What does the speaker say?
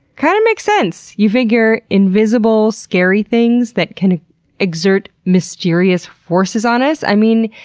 kind of makes sense. you figure invisible, scary things that can exert mysterious forces on us? i mean.